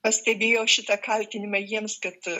pastebėjo šitą kaltinimą jiems kad